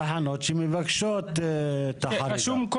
בתחנות הקיטוריות ספציפית של 45 יום.